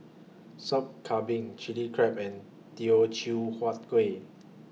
Sop Kambing Chilli Crab and Teochew Huat Kueh